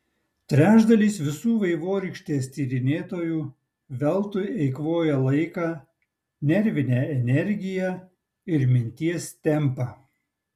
trečdalis visų vaivorykštės tyrinėtojų veltui eikvoja laiką nervinę energiją ir minties tempą